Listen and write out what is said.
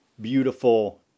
beautiful